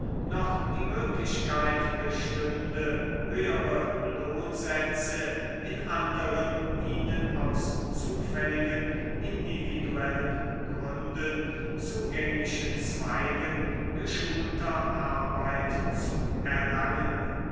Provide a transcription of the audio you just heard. noch die möglichkeit bestünde höhere lohnsätze in anderen ihnen aus zufälligen individuellen gründen zugänglichen zweigen geschulter arbeit zu erlangen